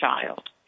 child